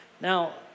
Now